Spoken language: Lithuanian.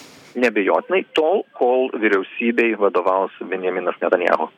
neabejotinai tol kol vyriausybei vadovaus benjaminas netanyahu